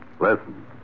Listen